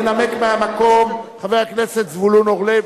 ינמק מהמקום חבר הכנסת זבולון אורלב.